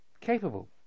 capable